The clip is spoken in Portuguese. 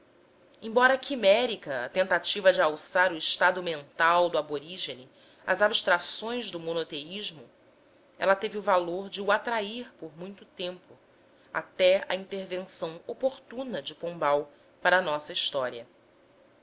embora quimérica a tentativa de alçar o estado mental do aborígine às abstrações do monoteísmo ela teve o valor de o atrair por muito tempo até à intervenção oportuna de pombal para a nossa história